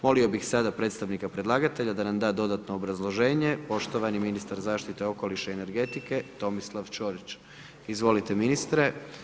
Molio bih sada predstavnika predlagatelja da nam da dodatno obrazloženje, poštovani ministar zaštite okoliša i energetike Tomislav Ćorić, izvolite ministre.